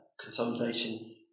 consolidation